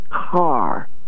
car